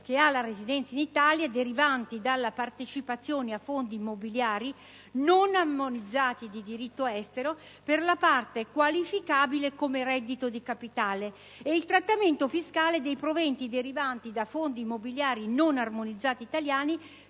aventi la residenza in Italia, derivanti dalla partecipazione a fondi mobiliari non armonizzati di diritto estero per la parte qualificabile come reddito di capitale, ed il trattamento fiscale dei proventi derivanti da fondi mobiliari non armonizzati italiani,